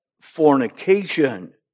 fornication